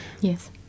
yes